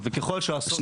הישוב,